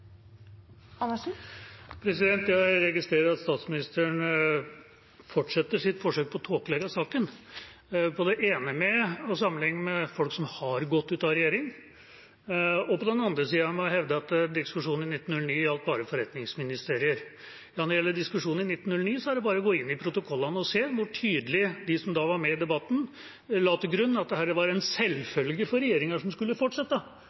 Jeg registrerer at statsministeren fortsetter sitt forsøk på å tåkelegge saken, på den ene siden ved å sammenligne med folk som har gått ut av regjering, og på den andre siden ved å hevde at diskusjonen i 1909 gjaldt bare forretningsministerier. Når det gjelder diskusjonen i 1909, er det bare å gå inn i protokollene og se hvor tydelig de som da var med i debatten, la til grunn at dette var en selvfølge for regjeringer som skulle fortsette,